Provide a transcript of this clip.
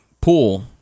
pool